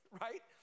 right